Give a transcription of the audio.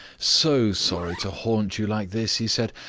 so sorry to haunt you like this, he said.